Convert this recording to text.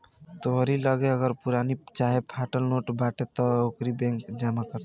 तोहरी लगे अगर पुरान चाहे फाटल नोट बाटे तअ ओके बैंक जमा कर लेत हवे